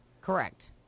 Correct